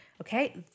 okay